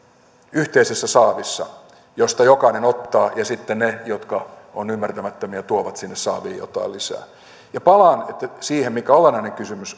yhteisessä saavissa josta jokainen ottaa ja sitten ne jotka ovat ymmärtämättömiä tuovat sinne saaviin jotain lisää palaan siihen mikä on olennainen kysymys